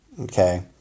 okay